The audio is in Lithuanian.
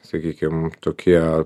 sakykim tokie